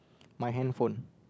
my handphone